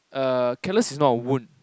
uh callus is not a wound